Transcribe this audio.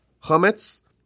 chametz